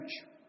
church